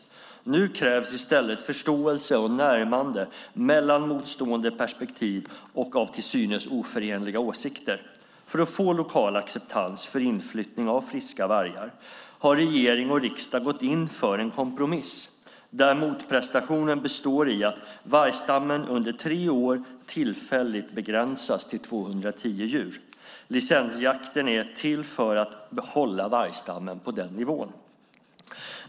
Nu krävs i stället förståelse och närmande mellan motstående perspektiv och av till synes oförenliga åsikter. För att få lokal acceptans för inflyttning av friska vargar har regering och riksdag gått in för en kompromiss, där motprestationen består i att vargstammen under tre år tillfälligt begränsas till 210 djur. Licensjakten är till för att hålla vargstammen på den nivån.